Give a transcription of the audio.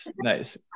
nice